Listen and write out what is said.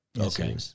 Okay